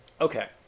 Okay